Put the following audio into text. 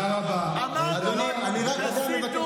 אמרנו רק שתסיטו תקציבים.